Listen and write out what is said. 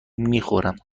میخورم